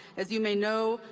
as you may know,